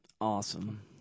Awesome